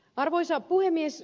arvoisa puhemies